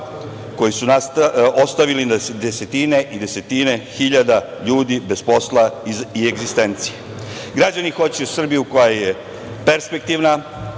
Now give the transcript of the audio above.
koji su ostavili na desetine i desetine hiljada ljudi bez posla i egzistencije. Građani hoće Srbiju koja je perspektivna,